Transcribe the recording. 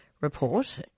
report